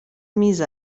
میز